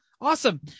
Awesome